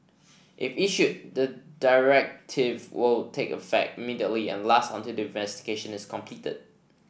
if issued the directive will take effect immediately and last until the investigation is completed